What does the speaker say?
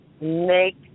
make